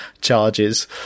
charges